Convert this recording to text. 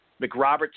McRoberts